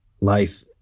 Life